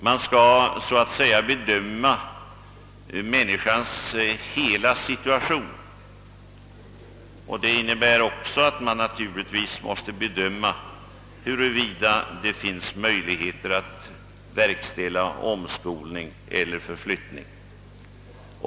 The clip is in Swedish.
Man skall alltså bedöma människans hela situation, och det innebär också att man naturligtvis måste bedöma huruvida det finns möjligheter att verkställa omskolning eller förflyttning.